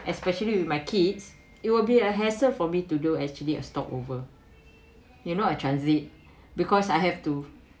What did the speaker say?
especially with my kids it will be a hassle for me to do actually a stopover you know a transit because I have to